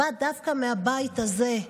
באה דווקא מהבית הזה,